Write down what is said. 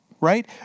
right